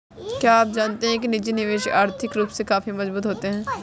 क्या आप जानते है निजी निवेशक आर्थिक रूप से काफी मजबूत होते है?